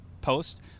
post